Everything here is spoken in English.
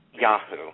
Yahoo